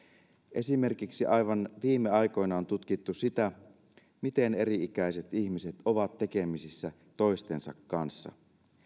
esimerkiksi aivan viime aikoina on tutkittu sitä miten eri ikäiset ihmiset ovat tekemisissä toistensa kanssa